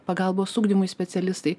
pagalbos ugdymui specialistai